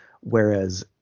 whereas